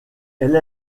elle